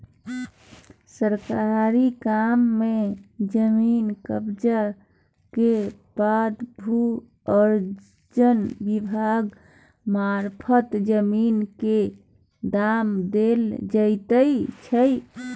सरकारी काम मे जमीन कब्जा केर बाद भू अर्जन विभाग मारफत जमीन केर दाम देल जाइ छै